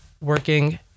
working